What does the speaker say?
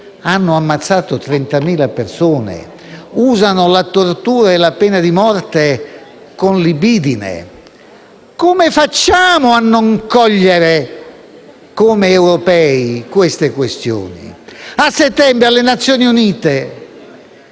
hanno ammazzato 30.000 persone e usano la tortura e la pena di morte con libidine. Come facciamo a non cogliere come europei tali questioni? A settembre presso le Nazioni Unite,